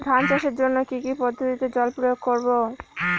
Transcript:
ধান চাষের জন্যে কি কী পদ্ধতিতে জল প্রয়োগ করব?